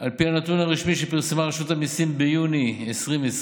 על פי הנתון הרשמי שפרסמה רשות המיסים ביוני 2020,